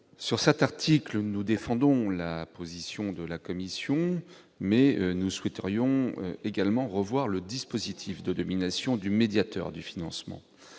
Sur cet article, nous défendons la position de la commission, mais nous souhaiterions également revoir le dispositif de nomination du médiateur du financement.